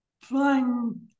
flying